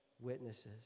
witnesses